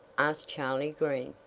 asked charley green.